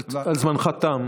זמנך תם.